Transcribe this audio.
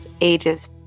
ages